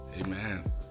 Amen